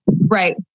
Right